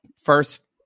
first